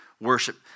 worship